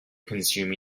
consume